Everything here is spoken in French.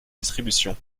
distribution